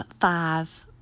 five